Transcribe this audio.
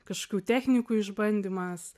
kažkokių technikų išbandymas